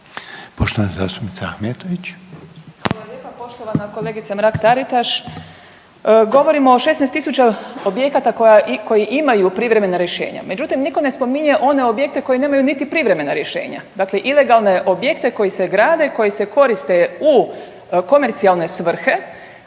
Poštovana zastupnica Ahmetović.